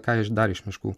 ką iš dar iš miškų